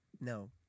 No